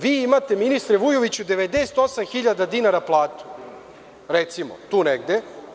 Vi imate, ministre Vujoviću, 98.000 dinara platu, recimo tu negde.